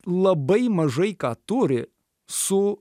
labai mažai ką turi su